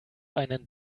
einen